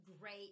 great